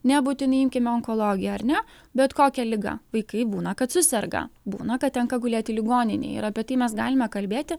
nebūtinai imkime onkologiją ar ne bet kokią ligą vaikai būna kad suserga būna kad tenka gulėti ligoninėj ir apie tai mes galime kalbėti